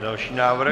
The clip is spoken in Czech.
Další návrh?